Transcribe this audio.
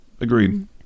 Agreed